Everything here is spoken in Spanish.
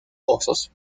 osos